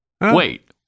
Wait